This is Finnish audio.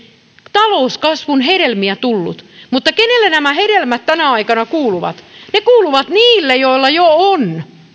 talouskasvun hedelmiä tullut mutta kenelle nämä hedelmät tänä aikana kuuluvat ne kuuluvat niille joilla jo on